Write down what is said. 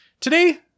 Today